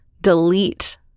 delete